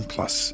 Plus